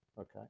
okay